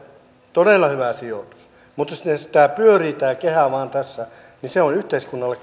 todella hyvä sijoitus mutta jos tämä kehä vain pyörii tässä niin se on yhteiskunnalle